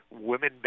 women